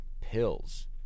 pills